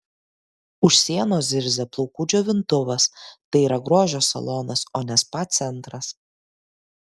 už sienos zirzia plaukų džiovintuvas tai yra grožio salonas o ne spa centras